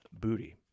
Booty